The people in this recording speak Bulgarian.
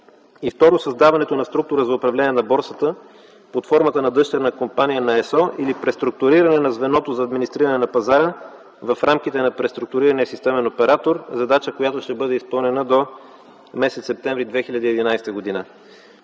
г. Втората - създаването на структура за управление на борсата под формата на дъщерна компания на ЕСО или преструктуриране на звеното за администриране на пазара в рамките на преструктурирания системен оператор – задача, която ще бъде изпълнена до м. септември 2011 г.